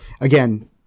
again